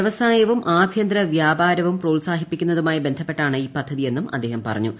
വ്യവസായവും ആഭ്യന്തര വ്യാപാരവും പ്രോത്സാഹിപ്പിക്കുന്നതുമായി ബന്ധപ്പെട്ടാണ് ഈ പദ്ധതിയെന്നും അദ്ദേഹം പറഞ്ഞു